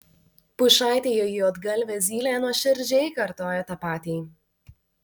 pušaitėje juodgalvė zylė nuoširdžiai kartoja tą patį